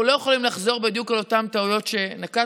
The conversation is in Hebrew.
אנחנו לא יכולים לחזור בדיוק על אותן טעויות שנקטנו.